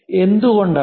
എന്തുകൊണ്ട് ആണ് ഇത്